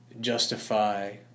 justify